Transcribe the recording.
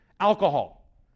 alcohol